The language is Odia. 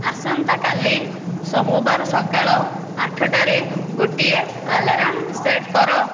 ଆସନ୍ତାକାଲି ସୋମବାର ସକାଳ ଆଠଟାରେ ଗୋଟିଏ ଆଲାର୍ମ ସେଟ୍ କର